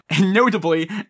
Notably